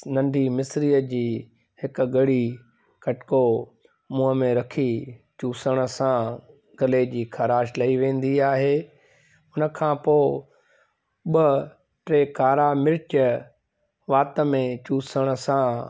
नंढी मिश्रीअ जी हिक ॻड़ी कटको मुंहं में रखी चुसण सां गले जी ख़राश लही वेंदी आहे हुनखां पोइ ॿ टे कारा मिर्च वात में चुसण सां